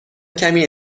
کمی